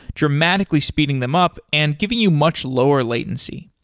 dramatically speeding them up and giving you much lower latency.